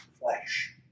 flesh